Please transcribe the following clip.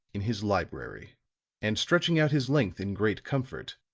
in his library and stretching out his length in great comfort,